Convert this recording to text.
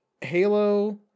Halo